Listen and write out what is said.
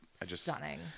stunning